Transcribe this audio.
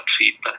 feedback